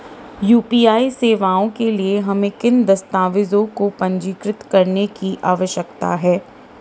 UPI सेवाओं के लिए हमें किन दस्तावेज़ों को पंजीकृत करने की आवश्यकता है?